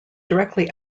directly